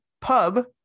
pub